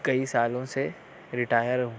کئی سالوں سے رٹائر ہوں